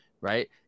right